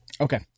okay